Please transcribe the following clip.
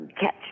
catch